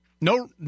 No